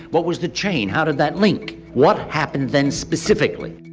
what was the chain? how did that link? what happened then specifically?